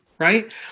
Right